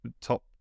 top